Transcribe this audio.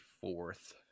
fourth